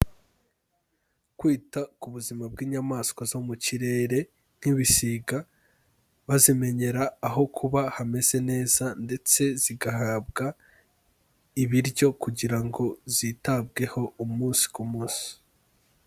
Kwita ku buzima bw'inyamaswa zo mu kirere nk'ibisiga, bazimenyera aho kuba hameze neza ndetse zigahabwa ibiryo kugira ngo zitabweho umunsi ku munsi.